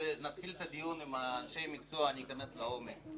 כשנתחיל את הדיון עם אנשי מקצוע אני אכנס באמת לעומק.